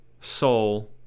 soul